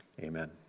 Amen